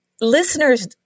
listeners